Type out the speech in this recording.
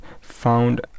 found